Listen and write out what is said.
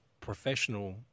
professional